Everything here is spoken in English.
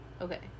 Okay